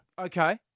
Okay